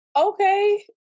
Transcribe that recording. okay